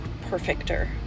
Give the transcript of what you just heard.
perfecter